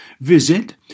Visit